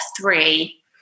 three